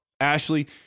ashley